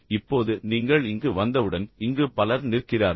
இப்போது நீங்கள் இங்கு வந்தவுடன் இங்கு பலர் நிற்கிறார்கள்